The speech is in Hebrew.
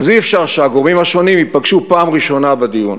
אז אי-אפשר שהגורמים השונים ייפגשו בפעם הראשונה בדיון,